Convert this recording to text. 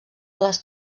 les